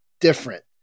different